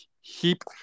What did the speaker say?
heap